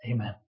Amen